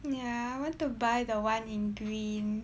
ya I want to buy the one in green